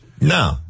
No